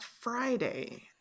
Friday